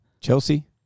Chelsea